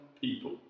people